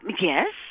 Yes